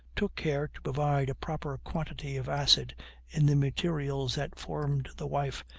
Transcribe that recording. took care to provide a proper quantity of acid in the materials that formed the wife,